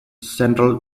central